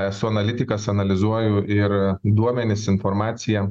esu analitikas analizuoju ir duomenis informaciją